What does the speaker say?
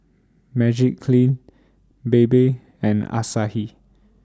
Magiclean Bebe and Asahi